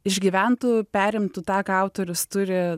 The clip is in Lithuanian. išgyventų perimtų tą ką autorius turi